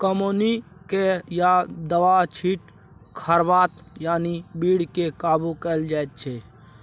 कमौनी कए या दबाइ छीट खरपात यानी बीड केँ काबु कएल जाइत छै